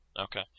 Okay